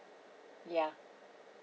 ya